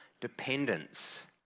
dependence